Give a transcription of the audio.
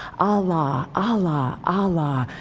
allah, allah, allah,